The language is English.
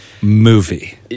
movie